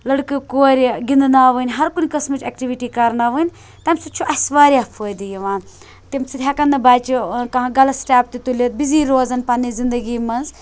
لٔڑکہٕ کورِ گِنٛدناوٕنۍ ہر کُنہِ قٕسمٕچ ایکٹِوِٹی کَرناوٕنۍ تَمہِ سۭتۍ چھُ اَسہِ واریاہ فٲیِدٕ یِوان تَمہ سۭتۍ ہیکَن نہٕ بَچہِ کانٛہہ غَلط سِٹیپ تہِ تُلِتھ بِزی روزن پَننہِ زِنٛدگی منٛز